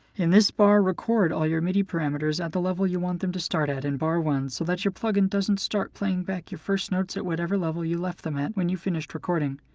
in this bar, record all of your midi parameters at the level you want them to start at in bar one so that your plug-in doesn't start playing back your first notes at whatever level you left them at when you finished recording.